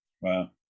Wow